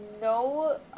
no